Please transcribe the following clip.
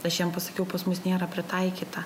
aš jiem pasakiau pas mus nėra pritaikyta